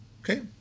Okay